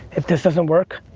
if this doesn't work,